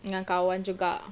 dengan kawan juga